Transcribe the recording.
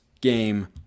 game